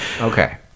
Okay